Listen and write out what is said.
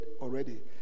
already